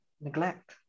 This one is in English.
neglect